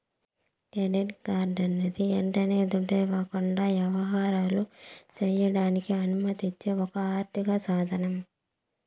credit కార్డన్నది యంటనే దుడ్డివ్వకుండా యవహారాలు సెయ్యడానికి అనుమతిచ్చే ఒక ఆర్థిక సాదనం